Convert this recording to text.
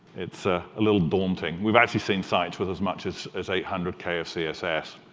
it's a little daunting. we've actually seen sites with as much as as eight hundred k of css.